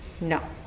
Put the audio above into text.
No